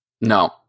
No